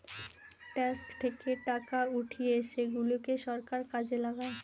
tax থেকে টাকা উঠিয়ে সেগুলাকে সরকার কাজে লাগায়